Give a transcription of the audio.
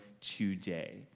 today